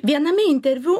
viename interviu